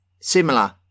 similar